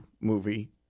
movie